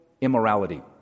immorality